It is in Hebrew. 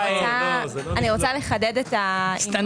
אני אהבתי את זה הדברים ייבחנו.